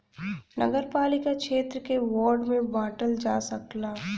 नगरपालिका क्षेत्र के वार्ड में बांटल जा सकला